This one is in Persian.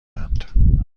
اند